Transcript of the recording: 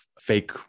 fake